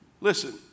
Listen